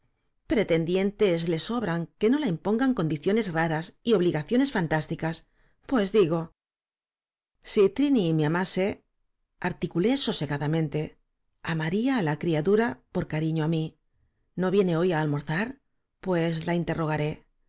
pretendientes la sobran que no la impongan c o n diciones raras y obligaciones fantásticas pues digo si trini me amase articulé sosegadamente amaría á la criatura por cariño á mí no viene hoy á almorzar pues la interrogaré